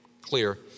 clear